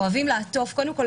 קודם כל,